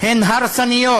הן הרסניות